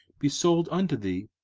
be sold unto thee,